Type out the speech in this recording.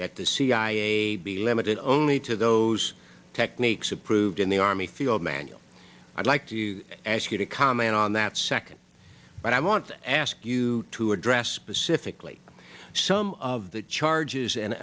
that the cia be limited only to those techniques approved in the army field manual i'd like to ask you to comment on that second but i want to ask you to address specifically some of the charges and